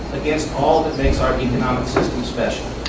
against all that makes our economic system special.